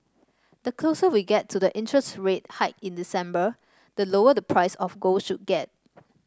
the closer we get to the interest rate hike in December the lower the price of gold should get